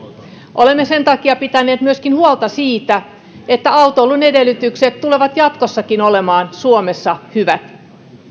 olemme sen takia pitäneet myöskin huolta siitä että autoilun edellytykset tulevat jatkossakin olemaan suomessa hyvät